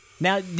Now